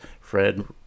Fred